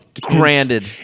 Granted